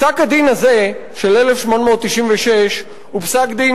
פסק-הדין הזה של 1896 הוא פסק-דין